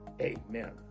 Amen